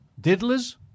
diddlers